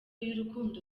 y’urukundo